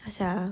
ya sia